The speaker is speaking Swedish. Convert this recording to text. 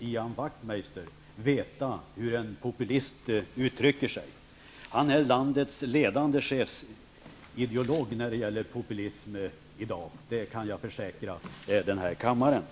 Ian Wachtmeister veta hur en populist uttrycker sig? Ian Wachtmeister är i dag landets ledande chefsideolog när det gäller populism, det kan jag försäkra den här kammaren.